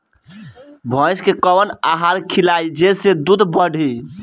भइस के कवन आहार खिलाई जेसे दूध बढ़ी?